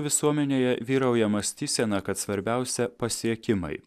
visuomenėje vyrauja mąstysena kad svarbiausia pasiekimai